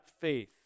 faith